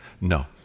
No